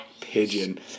pigeon